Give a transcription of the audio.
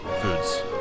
foods